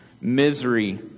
Misery